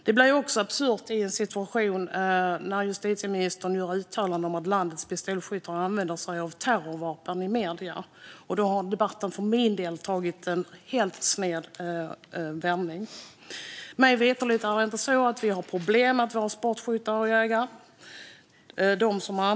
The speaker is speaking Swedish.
Det blir också en absurd situation när justitieministern i medierna gör uttalanden om att landets pistolskyttar använder sig av terrorvapen. Då har debatten för min del tagit en helt sned vändning. Mig veterligt har vi inte problem med våra sportskyttar och jägare.